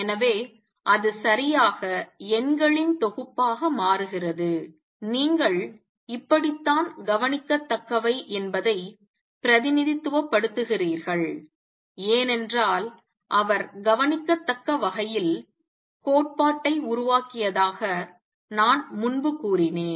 எனவே அது சரியாக எண்களின் தொகுப்பாக மாறுகிறது நீங்கள் இப்படித்தான் கவனிக்கத்தக்கவை என்பதை பிரதிநிதித்துவப்படுத்துகிறீர்கள் ஏனென்றால் அவர் கவனிக்கத்தக்கவகையில் கோட்பாட்டை உருவாக்கியதாக நான் முன்பு கூறினேன்